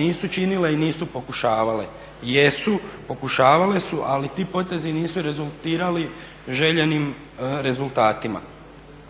nisu činile i nisu pokušavale. Jesu, pokušavale su ali ti potezi nisu rezultirali željenim rezultatima.